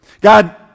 God